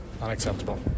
Unacceptable